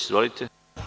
Izvolite.